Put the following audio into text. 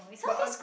but are